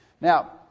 Now